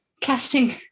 casting